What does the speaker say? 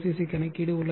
C கணக்கீடு உள்ளது